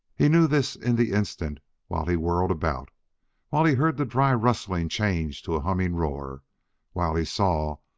he knew this in the instant while he whirled about while he heard the dry rustling change to a humming roar while he saw,